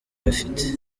bafite